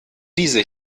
diese